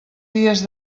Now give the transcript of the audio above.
dies